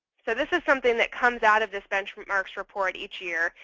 so this is something that comes out of this benchmarks report each year.